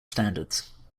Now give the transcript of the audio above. standards